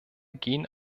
gehen